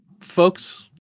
folks